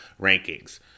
rankings